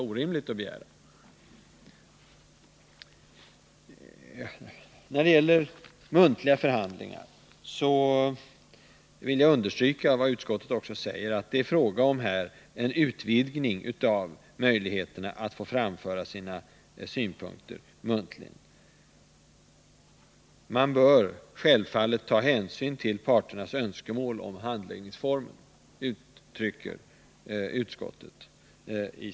När det gäller muntliga förhandlingar vill jag understryka vad utskottet säger, nämligen att det är fråga om en utvidgning av möjligheterna att få framföra sina synpunkter muntligt. Man bör självfallet ta hänsyn till parternas 3 önskemål om handläggningsform, skriver utskottet.